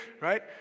right